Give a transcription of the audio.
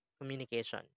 communication